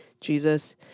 Jesus